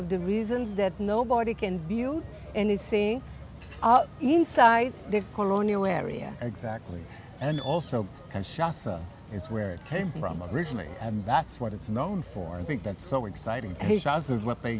of the reasons that nobody can view anything inside the new area exactly and also is where it came from originally and that's what it's known for and think that's so exciting his house is what they